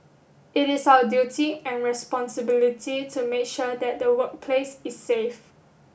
it is our duty and responsibility to make sure that the workplace is safe